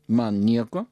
man nieko